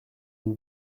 une